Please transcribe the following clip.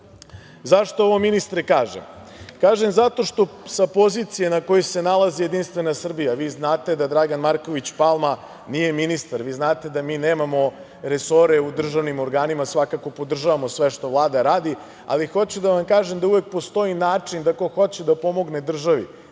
ovo, ministre kažem? Kažem zato što sa pozicije, na kojoj se nalazi JS, vi znate da Draga Marković Palma nije ministar, vi znate da mi nemamo resore u državnim organima, svakako podržavamo sve što Vlada radi, ali hoću da vam kažem da uvek postoji način da ko hoće da pomogne državi,